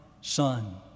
Son